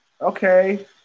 Okay